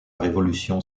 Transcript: révolution